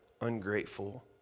ungrateful